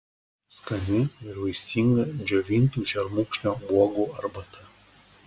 skani ir vaistinga džiovintų šermukšnio uogų arbata